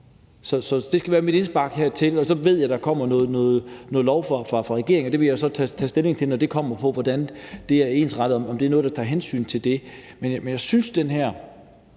Så det skal være mit indspark hertil, og så ved jeg, at der kommer noget lovgivning fra regeringen, og det vil jeg jo så tage stilling til, når det kommer, hvordan det er indrettet, og om der er noget, der tager hensyn til det. Men jeg synes godt